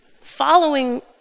Following